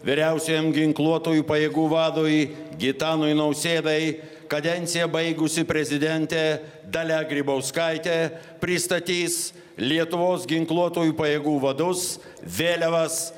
vyriausiajam ginkluotųjų pajėgų vadui gitanui nausėdai kadenciją baigusi prezidentė dalia grybauskaitė pristatys lietuvos ginkluotųjų pajėgų vadus vėliavas